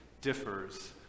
differs